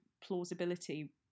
plausibility